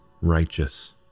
righteous